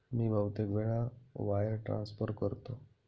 मी बहुतेक वेळा wire transfer करतो